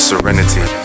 serenity